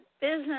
business